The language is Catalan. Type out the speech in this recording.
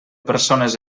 persones